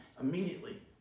Immediately